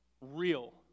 real